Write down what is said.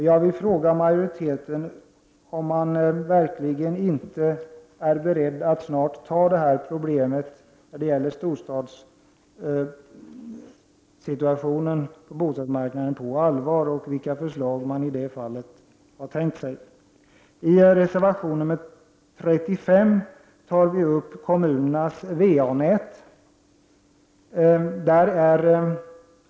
Jag vill fråga utskottsmajoriteten om den verkligen inte är beredd att på allvar ta itu med problemen på bostadsmarknaden i storstäderna. Vilka förslag har man tänkt sig? I reservation 35 behandlar vi frågan om kommunernas VA-nät.